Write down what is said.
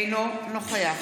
אינו נוכח